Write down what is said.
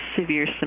severe